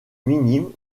minimes